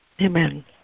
Amen